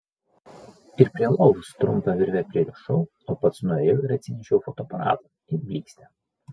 ir prie lovos trumpa virve pririšau o pats nuėjau ir atsinešiau fotoaparatą ir blykstę